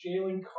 Jalen